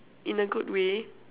in a good way